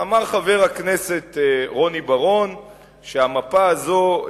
אמר חבר הכנסת רוני בר-און שהמפה הזאת,